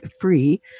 free